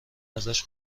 ازش